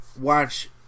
watch